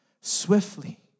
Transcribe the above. swiftly